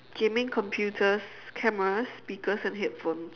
gaming computers cameras speakers and headphones